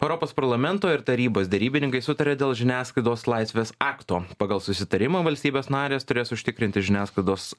europos parlamento ir tarybos derybininkai sutarė dėl žiniasklaidos laisvės akto pagal susitarimą valstybės narės turės užtikrinti žiniasklaidos